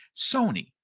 Sony